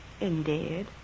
Indeed